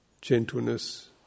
gentleness